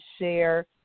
share